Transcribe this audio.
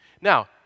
Now